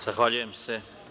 Zahvaljujem se.